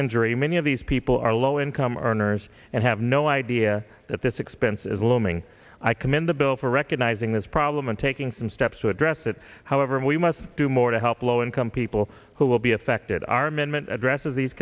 injury many of these people are low income earners and have no idea that this expense is looming i commend the bill for recognizing this problem and taking some steps to address it however we must do more to help low income people who will be affected our amendment addresses these